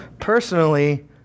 Personally